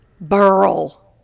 Burl